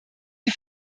die